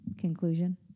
conclusion